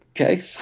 Okay